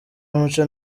w’umuco